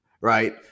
right